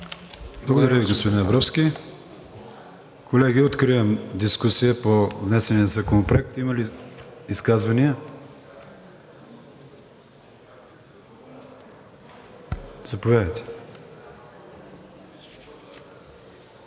Благодаря Ви, господин Абровски. Колеги, откривам дискусия по внесения законопроект. Има ли изказвания? Заповядайте.